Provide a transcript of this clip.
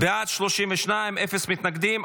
בעד, 32, אפס מתנגדים.